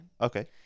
Okay